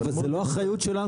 זו לא האחריות שלנו,